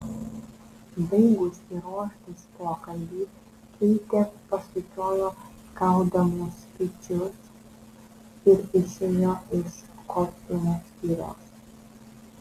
baigusi ruoštis pokalbiui keitė pasukiojo skaudamus pečius ir išėjo iš kostiumų skyriaus